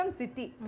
city